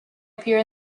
appear